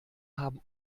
haben